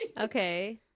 Okay